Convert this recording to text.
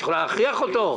את יכולה להכריח אותו?